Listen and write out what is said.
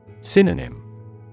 Synonym